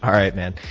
um right, man.